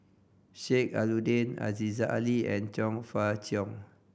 Sheik Alau'ddin Aziza Ali and Chong Fah Cheong